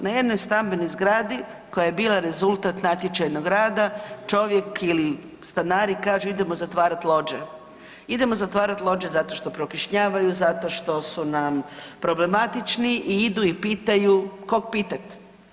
Na jednoj stambenoj zgradi koja je bila rezultat natječajnog rada čovjek ili stanari kažu idemo zatvarati lođe, idemo zatvarati lođe zato što prokišnjavaju, zato što su nam problematični i idu i pitaju kog pitat.